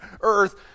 earth